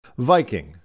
Viking